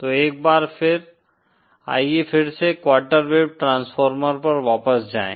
तो एक बार फिर आइए फिर से क्वार्टर वेव ट्रांसफार्मर पर वापस जाएँ